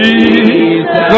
Jesus